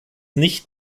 nicht